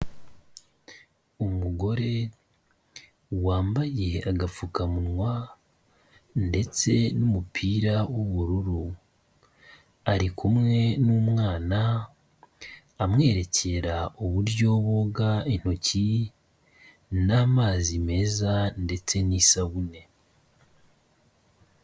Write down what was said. Umugore wambaye agapfukamunwa ndetse n'umupira w'ubururu, ari kumwe n'umwana, amwerekera uburyo boga intoki n'amazi meza ndetse n'isabune.